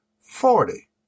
forty